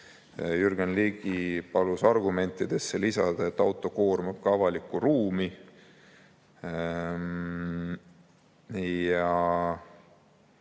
Jürgen Ligi palus argumentidesse lisada, et auto koormab ka avalikku ruumi.